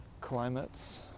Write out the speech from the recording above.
climates